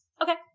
Okay